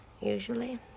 usually